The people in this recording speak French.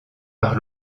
par